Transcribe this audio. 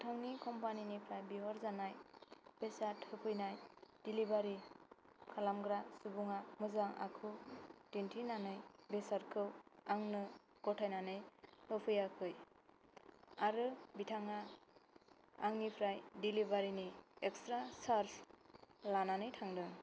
नोंथांनि कम्पानिनिफ्राय बिहरजानाय बेसाद होफैनाय दिलिभारि खालामग्रा सुबुङा मोजां आखु दिन्थिनानै बेसादखौ आंनो गथायनानै होफैयाखै आरो बिथाङा आंनिफ्राय दिलिभारिनि एक्सट्रा सार्स लानानै थांदों